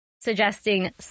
suggesting